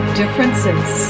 differences